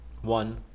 One